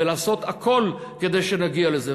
ולעשות הכול כדי שנגיע לזה.